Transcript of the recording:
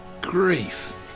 Grief